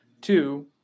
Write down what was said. Two